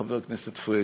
חבר הכנסת פריג',